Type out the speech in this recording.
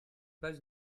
pas